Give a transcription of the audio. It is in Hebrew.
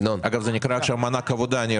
עכשיו קוראים לזה מענק עבודה.